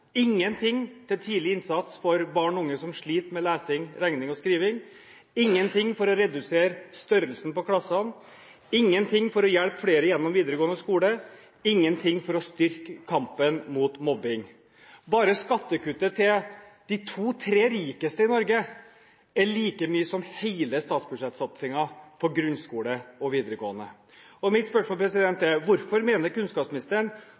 unge som sliter med lesing, regning og skriving, ingen ting for å redusere størrelsen på klassene, ingen ting for å hjelpe flere gjennom videregående skole, ingen ting for å styrke kampen mot mobbing. I statsbudsjettet er bare skattekuttet til de to, tre rikeste i Norge like mye som hele satsingen på grunnskole og videregående skole. Mitt spørsmål er: Hvorfor mener kunnskapsministeren